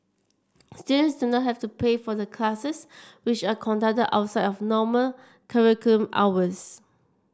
students do not have to pay for the classes which are conducted outside of normal hours